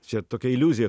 čia tokia iliuzija